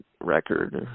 record